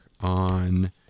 on